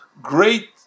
great